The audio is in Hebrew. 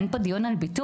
אין פה דיון על ביטול,